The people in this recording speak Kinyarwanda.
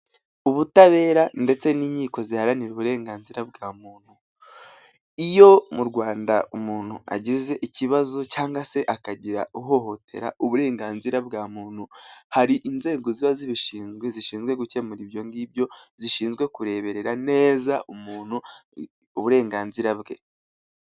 Ubutabera ndetse n'inkiko ziharanira uburenganzira bwa muntu. Iyo mu rwanda umuntu agize ikibazo cyangwa se akagira uhohotera uburenganzira bwa muntu, hari inzego ziba zibishinzwe zishinzwe gukemura ibyo ngibyo, zishinzwe kureberera neza umuntu uburenganzira bwe.